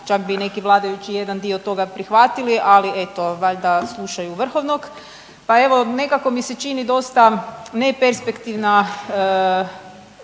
čak bi i neki vladajući jedan dio toga prihvatili, ali eto valjda slušaju vrhovnog. Pa evo nekako mi se čini dosta neperspektivna